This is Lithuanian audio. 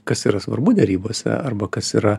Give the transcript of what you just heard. kas yra svarbu derybose arba kas yra